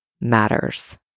matters